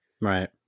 right